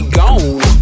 gone